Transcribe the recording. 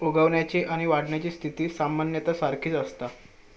उगवण्याची आणि वाढण्याची स्थिती सामान्यतः सारखीच असता